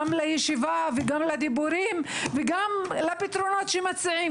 גם לישיבה וגם לדיבורים וגם לפתרונות שמציעים,